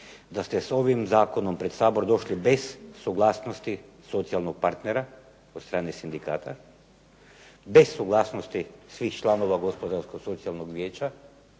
da ste s ovim zakonom pred Sabor došli bez suglasnosti socijalnog partnera, od strane sindikata, bez suglasnosti svih članova Gospodarsko-socijalnog vijeća